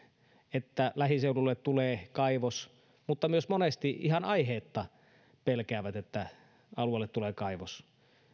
että lähiseudulle tulee kaivos mutta monesti myös ihan aiheetta pelkäävät että alueelle tulee kaivos